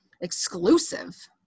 exclusive